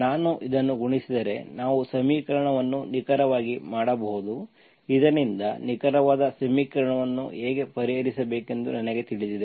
ನಾನು ಇದನ್ನು ಗುಣಿಸಿದರೆ ನಾವು ಸಮೀಕರಣವನ್ನು ನಿಖರವಾಗಿ ಮಾಡಬಹುದು ಇದರಿಂದ ನಿಖರವಾದ ಸಮೀಕರಣವನ್ನು ಹೇಗೆ ಪರಿಹರಿಸಬೇಕೆಂದು ನನಗೆ ತಿಳಿದಿದೆ